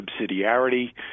subsidiarity